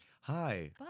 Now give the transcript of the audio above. Hi